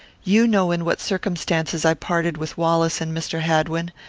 you know in what circumstances i parted with wallace and mr. hadwin.